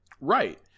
Right